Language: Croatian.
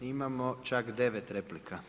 Imamo čak 9 replika.